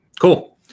Cool